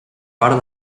part